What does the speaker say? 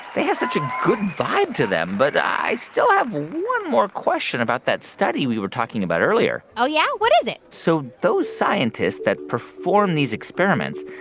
they have such a good vibe to them. but i still have one more question about that study we were talking about earlier oh, yeah? what is it? so those scientists that perform these experiments,